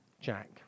Jack